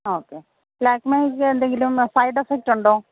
ആ ഓക്കെ ലാക്മേയ്ക്ക് എന്തെങ്കിലും സൈഡ് ഇഫക്റ്റ് ഉണ്ടോ